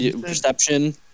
Perception